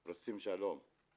רוצים שלום.